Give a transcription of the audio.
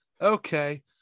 Okay